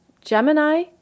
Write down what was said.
gemini